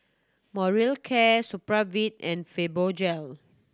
Molicare Supravit and Fibogel